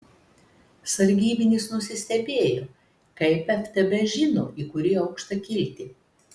sargybinis nusistebėjo kaip ftb žino į kurį aukštą kilti